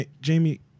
Jamie